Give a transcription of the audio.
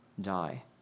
die